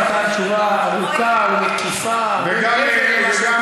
שאדוני השר נתן תשובה ארוכה ומקיפה הרבה מעבר למה שמקובל כאן.